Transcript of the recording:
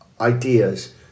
ideas